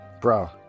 Bro